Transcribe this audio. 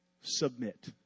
submit